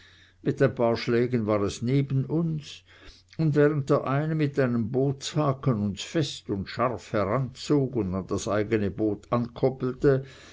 mit ein paar schlägen war es neben uns und während der eine mit einem bootshaken uns fest und scharf heranzog und an das eigne boot ankoppelte